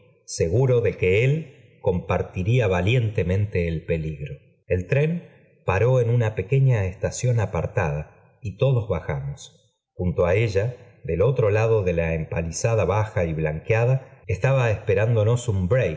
eeguro de que él compar tiría valientemente el peligro el tren paró en una pequeña estación apartada y todos bajamos junto á ella del otro lado de la empalizada baja y blanqueada estaba esperándonos un